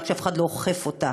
רק שאף אחד לא אוכף אותה.